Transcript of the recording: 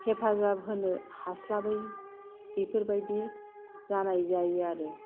हेफाजाब होनो हास्लाबै बेफोरबादि जानाय जायो आरो